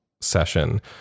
session